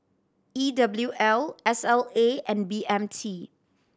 E W L S L A and B M T